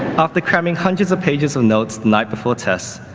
after cramming hundreds of pages of notes, the night before tests,